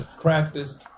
practice